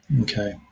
Okay